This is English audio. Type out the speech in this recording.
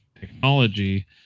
technology